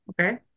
Okay